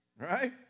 right